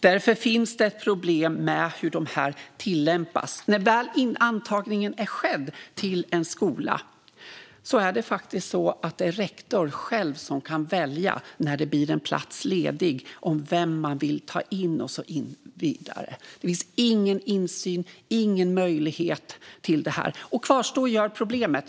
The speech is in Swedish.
Därför finns det ett problem med hur de tillämpas. När antagningen till en skola väl har skett är det faktiskt så att det är rektorn själv som kan välja vem man vill ta in när det blir en plats ledig. Det finns ingen möjlighet till insyn. Problemet kvarstår.